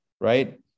right